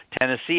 Tennessee